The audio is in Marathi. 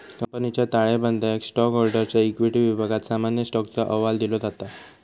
कंपनीच्या ताळेबंदयात स्टॉकहोल्डरच्या इक्विटी विभागात सामान्य स्टॉकचो अहवाल दिलो जाता